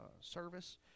service